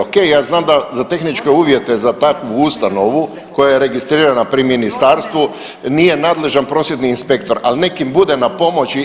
Ok, ja znam da za tehničke uvjete, za takvu ustanovu koja je registrirana pri ministarstvu nije nadležan prosvjetni inspektor, ali nek' im bude na pomoći.